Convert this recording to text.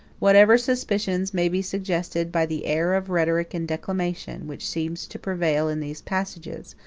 whatever suspicions may be suggested by the air of rhetoric and declamation, which seems to prevail in these passages,